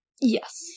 Yes